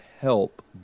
help